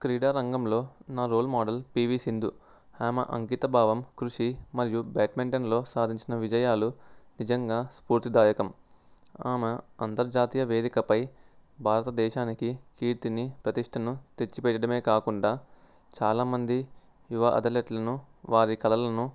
క్రీడారంగంలో నా role model PV Sindhu ఆమె అంకిత భావం కృషి మరియు బ్యాడ్మింటన్లో సాధించిన విజయాలు నిజంగా స్ఫూర్తిదాయకం ఆమె అంతర్జాతీయ వేదికపై భారతదేశానికి కీర్తిని ప్రతిష్టను తెచ్చి పెట్టడమే కాకుండా చాలామంది యువ అథ్లెట్లను వారి కళలను